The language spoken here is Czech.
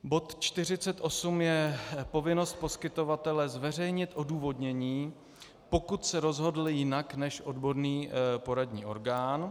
Bod 48 je povinnost poskytovatele zveřejnit odůvodnění, pokud se rozhodl jinak než odborný poradní orgán.